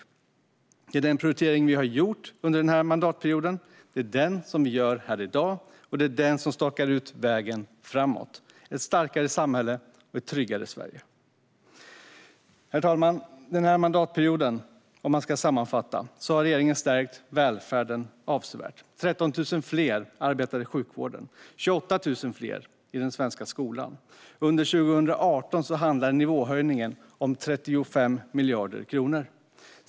Det är denna prioritering vi har gjort under mandatperioden och som vi gör här i dag, och det är den som stakar ut vägen framåt: ett starkare samhälle och ett tryggare Sverige. Herr talman! Sammanfattningsvis: Denna mandatperiod har regeringen stärkt välfärden avsevärt. Det arbetar 13 000 fler i sjukvården och 28 000 fler i den svenska skolan. Under 2018 handlar nivåhöjningen om 35 miljarder kronor.